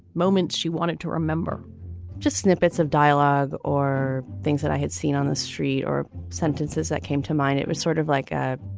moments she wanted to remember just snippets of dialogue or things that i had seen on the street or sentences that came to mind. it was sort of like a